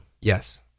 Yes